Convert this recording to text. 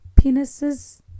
penises